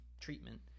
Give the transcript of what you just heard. treatment